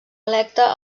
electe